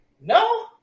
No